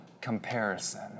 comparison